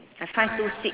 I find too sweet